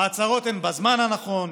ההצהרות הן בזמן הנכון,